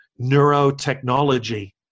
neurotechnology